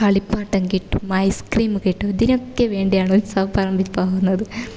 കളിപ്പാട്ടം കിട്ടും ice cream കിട്ടും ഇതിനൊക്കെ വേണ്ടിയാണ് ഉത്സവപ്പറമ്പിൽ പോകുന്നത്